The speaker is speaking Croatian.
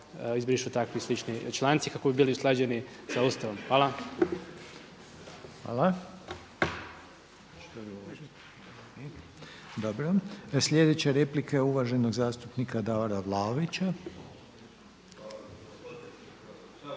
izbrišu takvi slični članci kako bi bili usklađeni sa Ustavom. **Reiner, Željko (HDZ)** Hvala. Dobro. Sljedeća replika je uvaženog zastupnika Davora Vlaovića.